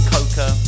Coca